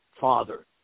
father